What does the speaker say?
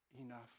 enough